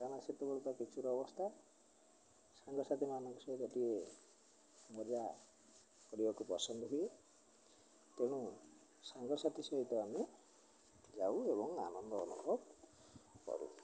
କାରଣ ସେତେବେଳ ତ କିଶୋର ଅବସ୍ଥା ସାଙ୍ଗସାଥିମାନଙ୍କ ସହିତ ଟିକେ ମଜା କରିବାକୁ ପସନ୍ଦ ହୁଏ ତେଣୁ ସାଙ୍ଗସାଥି ସହିତ ଆମେ ଯାଉ ଏବଂ ଆନନ୍ଦ ଅନୁଭବ କରୁ